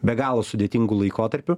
be galo sudėtingu laikotarpiu